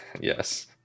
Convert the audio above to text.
Yes